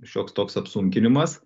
šioks toks apsunkinimas